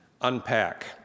unpack